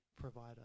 provider